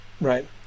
right